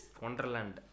Wonderland